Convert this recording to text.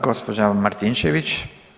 Gđa. Martinčević.